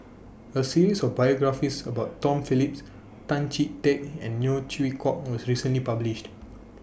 A series of biographies about Tom Phillips Tan Chee Teck and Neo Chwee Kok was recently published